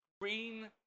green